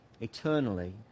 eternally